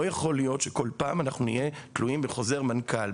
לא יכול להיות שכל פעם אנחנו נהיה תלויים בחוזר מנכ"ל.